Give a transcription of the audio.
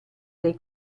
dei